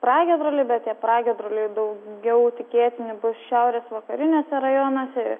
pragiedruliai bet tie pragiedruliai daugiau tikėtini bus šiaurės vakariniuose rajonuose